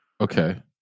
Okay